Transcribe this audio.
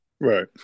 Right